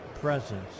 presence